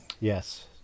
Yes